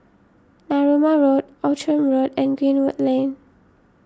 Narooma Road Outram Road and Greenwood Lane